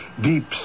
deep